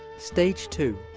stage two